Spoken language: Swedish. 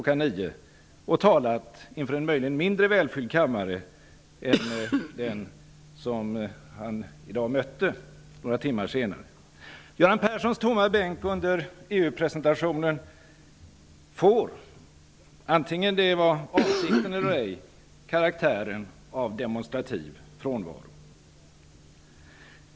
09.00 och ha talat inför en möjligen mindre välfylld kammare än den som han några timmar senare mötte. presentationen får -- vare sig det var avsikten eller ej -- karaktären av demonstrativ frånvaro.